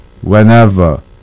whenever